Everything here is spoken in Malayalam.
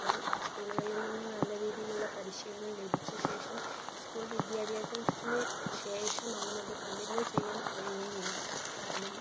അവര് സ്കൂളുകളിൽ നിന്ന് നല്ല രീതിയിലുള്ള പരിശീലനം ലഭിച്ച ശേഷം സ്കൂൾ വിദ്യാഭ്യാസത്തിന് ശേഷം അവനത് കണ്ടിന്യൂ ചെയ്യാൻ കഴിയുന്നില്ല കാരണം